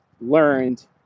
learned